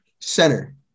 center